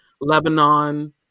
Lebanon